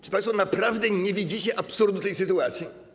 Czy państwo naprawdę nie widzicie absurdu tej sytuacji?